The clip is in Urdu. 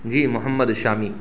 جی محمد شامی